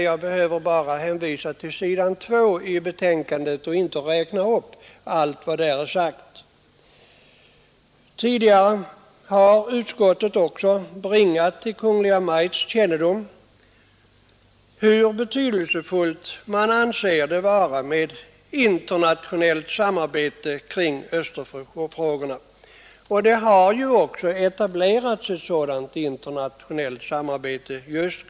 Jag behöver här inte orda om den saken utan hänvisar bara till vad som står på s. 2 i betänkandet. Utskottet har tidigare bringat till Kungl. Maj:ts kännedom hur betydelsefullt utskottet anser det vara med internationellt samarbete när det gäller Östersjöproblemen, och ett sådant samarbete har också etablerats.